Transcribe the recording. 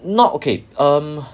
not okay um